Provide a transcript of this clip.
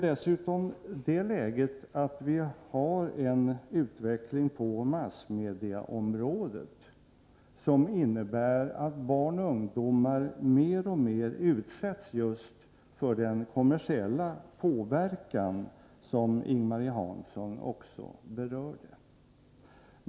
Dessutom innebär utvecklingen på massmedieområdet att barn och ungdomar mer och mer utsätts för just den kommersiella påverkan som också Ing-Marie Hansson berörde.